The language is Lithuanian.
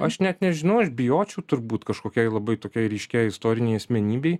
aš net nežinau aš bijočiau turbūt kažkokiai labai tokiai ryškiai istorinei asmenybei